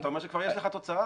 אתה אומר שכבר יש לך תוצאה.